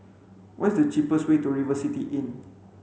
what is the cheapest way to River City Inn